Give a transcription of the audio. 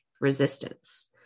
resistance